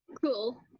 Cool